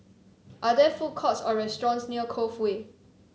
are there food courts or restaurants near Cove Way